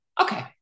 okay